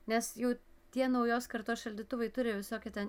nes jau tie naujos kartos šaldytuvai turi visokių ten